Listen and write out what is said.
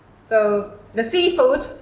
so, the seafood,